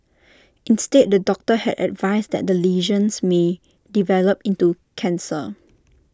instead the doctor had advised that the lesions may develop into cancer